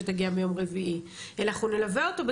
תאמינו לי,